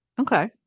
okay